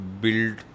build